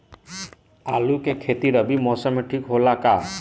आलू के खेती रबी मौसम में ठीक होला का?